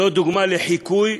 זאת דוגמה, חיקוי,